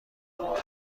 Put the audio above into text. شما